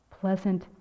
pleasant